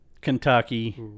Kentucky